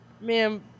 Ma'am